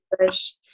English